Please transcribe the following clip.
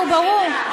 נו, ברור.